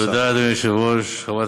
תודה, אדוני היושב-ראש.